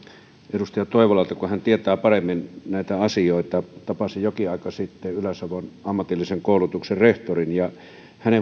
edustaja toivolalta kun hän tietää paremmin näitä asioita tapasin jokin aika sitten ylä savon ammatillisen koulutuksen rehtorin ja hänen